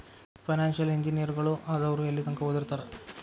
Financial ಇಂಜಿನಿಯರಗಳು ಆದವ್ರು ಯೆಲ್ಲಿತಂಕಾ ಓದಿರ್ತಾರ?